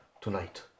tonight